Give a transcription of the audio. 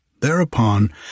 Thereupon